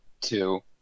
Two